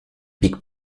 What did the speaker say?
pick